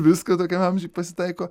visko tokiam amžiuj pasitaiko